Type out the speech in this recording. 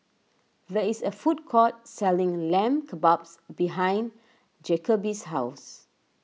there is a food court selling Lamb Kebabs behind Jacoby's house